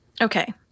okay